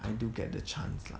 I do get the chance lah